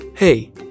Hey